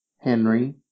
Henry